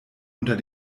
unter